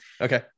okay